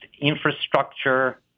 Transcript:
infrastructure